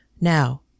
Now